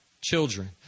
children